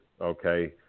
okay